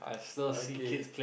okay